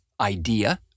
idea